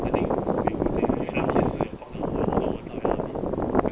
I think may 不对因为 army 也是有碰到我 although 我 tabeh army